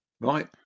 right